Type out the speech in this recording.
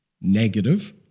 negative